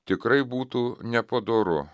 tikrai būtų nepadoru